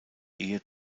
ehe